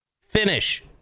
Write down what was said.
finish